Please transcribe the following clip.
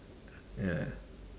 ya